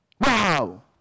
Wow